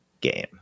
game